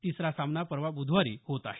तिसरा सामना परवा बुधवारी होणार आहे